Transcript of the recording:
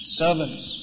servants